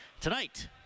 tonight